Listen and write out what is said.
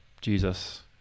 Jesus